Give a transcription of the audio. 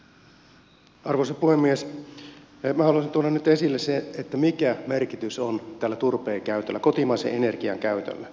minä haluaisin tuoda nyt esille sen mikä merkitys on tällä turpeen käytöllä kotimaisen energian käytöllä